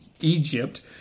Egypt